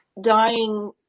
dying